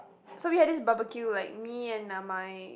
so we had this barbecue like me and uh my